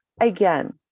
again